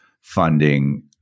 funding